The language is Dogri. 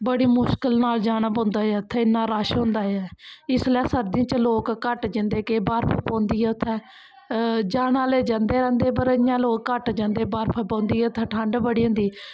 बड़ी मुश्कल नाल जाना पौंदा ऐ उत्थै इन्ना रश होंदा ऐ इसलै सर्दियें च लोक घट्ट जंदे कि बर्फ पौंदी ऐ उत्थै जाने आह्ले जंदे रैंह्दे पर इ'यां लोक घट्ट जंदे बर्फ पौंदी उत्थें ठंड बड़ी होंदी ऐ